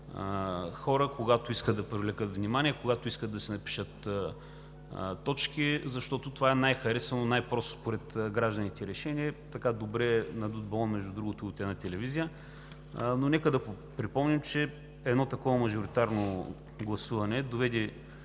хора, когато искат да привлекат внимание, когато искат да си напишат точки, защото това е най-харесвано, най-просто според гражданите решение – добре надут балон, между другото, от една телевизия. Но нека да припомним, че такова мажоритарно гласуване довежда